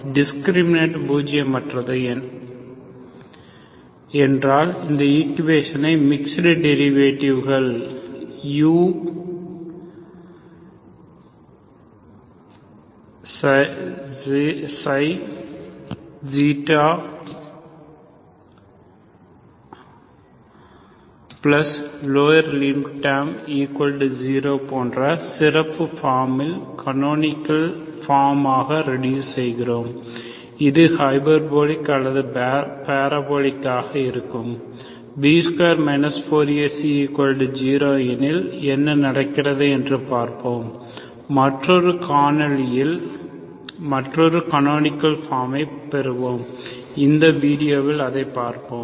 discriminant பூஜியமற்றது என்றால் அந்த ஈக்குவேஷனை மீக்ஸ்டு டெரிவேடிவ் கள்uξ ηlower order terms0 போன்ற சிறப்பு ஃபாமின் கனோனிக்கள் ஃபார்ம் ஆக ரெடுஸ் செய்க்கிறோம் அது ஹைபர்போலிக் அல்லது பாராபோலிகாக இருக்கும் B2 4AC0 எனில் என்ன நடக்கிறது என்று பார்ப்போம் மற்றொரு கனோனிக்கள் ஃபாமை பெறுவோம் இந்த வீடியோவில் அதைப் பார்ப்போம்